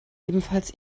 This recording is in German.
ebenfalls